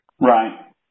Right